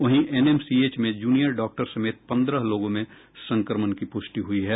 वहीं एनएमसीएच में junior doctor समेत पन्द्रह लोगों में संक्रमण की प्रष्टि हुई है